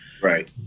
Right